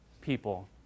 people